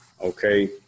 okay